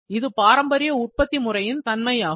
இது பாரம்பரிய உற்பத்தி முறையின் தன்மையாகும்